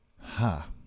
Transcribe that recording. Ha